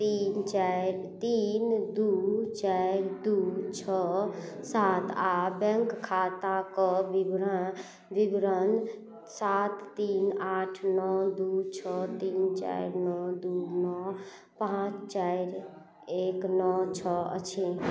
तीन चारि तीन दू चारि दू छओ सात आओर बैंक खाताक विवरण सात तीन आठ नओ दू छओ तीन चारि नओ दू नओ पाँच चारि एक नओ छओ अछि